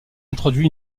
introduit